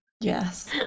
Yes